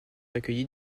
accueillie